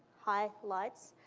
hi, lights.